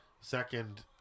second